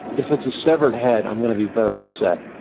if it's a severed head, i'm gonna be very upset.